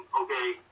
okay